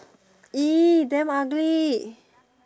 !ee! damn ugly